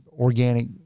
organic